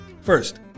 first